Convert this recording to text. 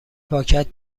پاکت